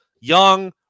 Young